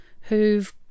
who've